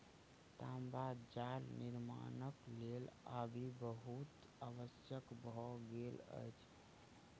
तांबा जाल निर्माणक लेल आबि बहुत आवश्यक भ गेल अछि